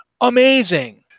Amazing